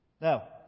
Now